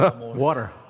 Water